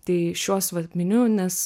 tai šiuos vat miniu nes